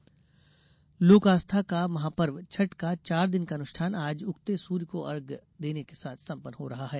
छठ पूजा लोक आस्था का महापर्व छठ का चार दिन का अनुष्ठान आज उगते सूर्य को अर्घ्य देने के साथ संपन्न हो रहा है